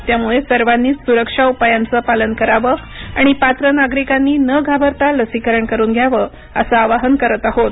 त्यामुळे सर्वांनीच सुरक्षा उपायांचं पालन करावं आणि पात्र नागरिकांनी न घाबरता लसीकरण करून घ्यावं असं आवाहन करत आहोत